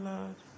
Lord